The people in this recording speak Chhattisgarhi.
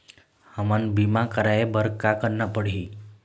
हमन बीमा कराये बर का करना पड़ही?